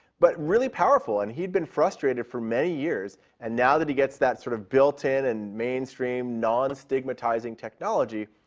but really powerful. and he had been frustrated for many years, and now that he gets that sort of built in, and mainstream, non-stigmatizing technology,